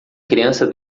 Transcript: criança